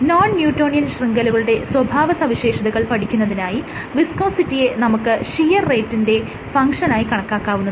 non newtonian ശൃംഖലകളുടെ സ്വഭാവസവിശേഷതകൾ പഠിക്കുന്നതിനായി വിസ്കോസിറ്റിയെ നമുക്ക് ഷിയർ റേറ്റിന്റെ ഫങ്ഷനായി കണക്കാക്കാവുന്നതാണ്